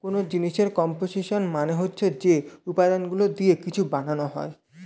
কোন জিনিসের কম্পোসিশন মানে হচ্ছে যে উপাদানগুলো দিয়ে কিছু বানানো হয়